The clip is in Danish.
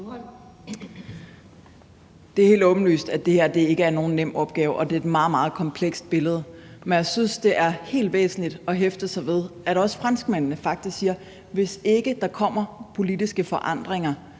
Det er helt åbenlyst, at det her ikke er nogen nem opgave, og det er et meget, meget komplekst billede. Men jeg synes, det er helt væsentligt at hæfte sig ved, at også franskmændene faktisk siger: Hvis ikke der kommer politiske forandringer,